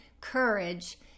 courage